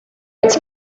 its